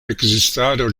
ekzistado